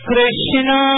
Krishna